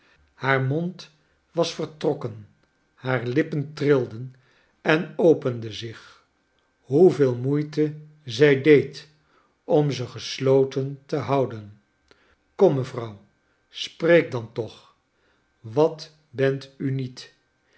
haar mond was vertrokken haar lippen trilden en openden zich hoeveel moeite zij ook deed om ze gesloten te houden kom mevrouw spreek dan toch wat bent u niet